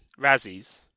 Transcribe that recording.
razzies